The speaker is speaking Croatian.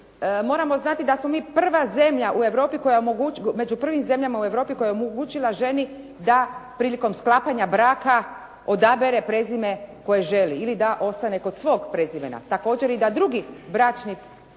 Europi koja, među prvim zemljama u Europi koja je omogućila ženi da prilikom sklapanja braka odabere prezime koje želi ili da ostane kod svog prezimena. Također i da drugi bračni drug muž